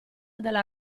della